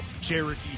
cherokee